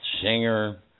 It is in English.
singer